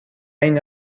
اینه